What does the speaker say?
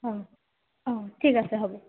অ' অ' ঠিক আছে হ'ব